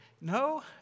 no